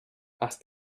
asked